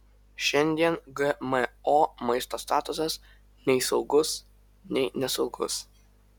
šiandien gmo maisto statusas nei saugus nei nesaugus